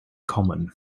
common